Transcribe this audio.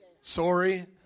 Sorry